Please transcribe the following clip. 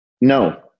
No